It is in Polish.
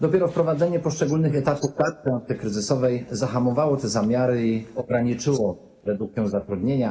Dopiero wprowadzenie poszczególnych etapów tarczy antykryzysowej zahamowało te zamiary i ograniczyło redukcję zatrudnienia.